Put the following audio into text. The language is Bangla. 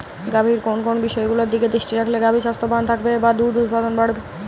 গাভীর কোন কোন বিষয়গুলোর দিকে দৃষ্টি রাখলে গাভী স্বাস্থ্যবান থাকবে বা দুধ উৎপাদন বাড়বে?